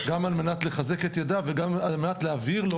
גם על מנת לחזק את ידיו וגם על מנת להבהיר לו